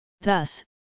Thus